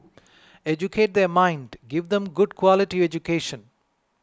educate their mind give them good quality education